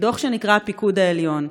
דוח שנקרא "הפיקוד העליון",